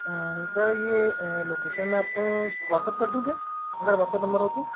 हाँ सर यह लोकेशन मैं आपको व्हाट्सअप कर दूँ क्या अगर व्हाट्सअप नंबर हो तो